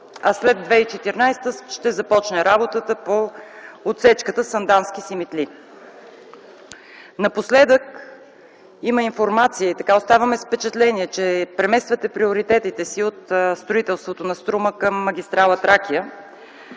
а след 2014 г. ще започне работата по отсечката Сандански-Симитли. Напоследък има информация и така оставаме с впечатление, че премествате приоритетите си от строителството на магистрала